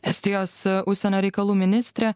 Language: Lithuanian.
estijos užsienio reikalų ministrė